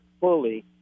fully